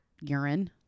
urine